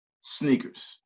sneakers